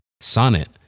Sonnet